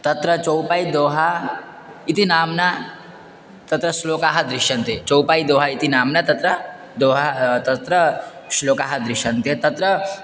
तत्र चौपायिदोहा इति नाम्ना तत्र श्लोकाः दृश्यन्ते चौपायिदोहा इति नाम्ना तत्र दोहा तत्र श्लोकाः दृश्यन्ते तत्र